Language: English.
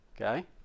okay